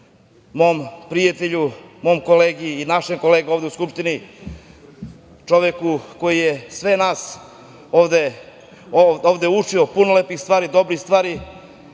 mog prijatelja, mog kolege i našeg kolege ovde u Skupštini, čoveka koji je sve nas ovde učio puno lepih stvari, dobrih stvari,